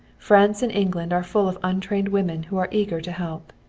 france and england are full of untrained women who are eager to help.